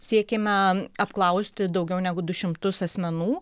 siekėme apklausti daugiau negu du šimtus asmenų